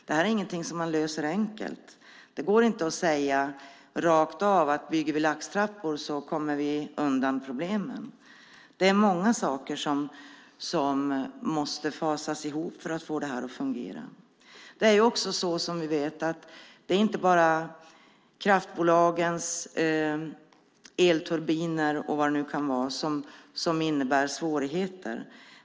Det är ingenting som man löser enkelt. Det går inte att säga rakt av att bygger vi laxtrappor kommer vi undan problemen. Det är många saker som måste fasas ihop för att vi ska få det att fungera. Som vi vet är det inte bara kraftbolagens elturbiner och annat som innebär svårigheter.